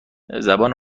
زبان